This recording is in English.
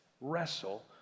wrestle